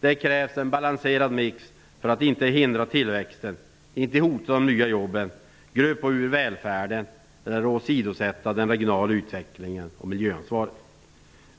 Det krävs en balanserad mix för att inte hindra tillväxten, inte hota de nya jobben, gröpa ur välfärden eller åsidosätta den regionala utvecklingen och miljöansvaret.